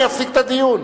אני אפסיק את הדיון.